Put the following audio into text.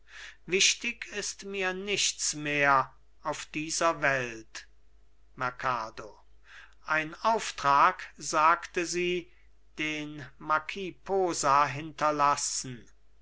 wichtig ist mir nichts mehr auf dieser welt merkado ein auftrag sagte sie den marquis posa hinterlassen